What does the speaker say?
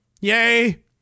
yay